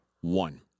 One